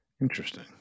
Interesting